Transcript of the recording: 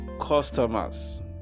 customers